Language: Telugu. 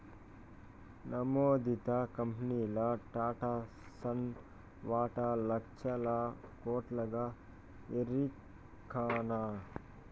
నమోదిత కంపెనీల్ల టాటాసన్స్ వాటా లచ్చల కోట్లుగా ఎరికనా